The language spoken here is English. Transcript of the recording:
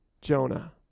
Jonah